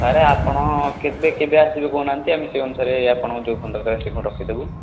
sir ଆପଣ କେବେ କେବେ ଆସିବେ କହୁନାହାନ୍ତି ଆମେ ସେଇ ଅନୁସାରେ ଆପଣଙ୍କର ଯେଉଁ ଫୋନ୍ ସେଇ ଫୋନ୍ଟା ରଖିଦେବୁ